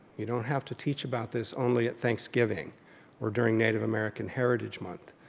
you don't have to teach about this only at thanksgiving or during native american heritage month.